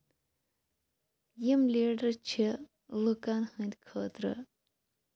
یِم لیٖڈَر چھِ لُکن ہٕنٛدۍ خٲطرٕ